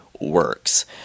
works